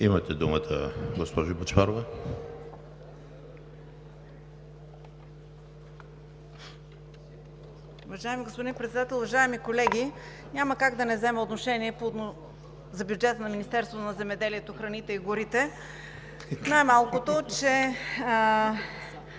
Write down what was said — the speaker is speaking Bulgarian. Имате думата, госпожо Бъчварова.